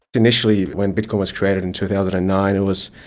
initially when bitcoin was created in two thousand and nine it was